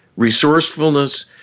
Resourcefulness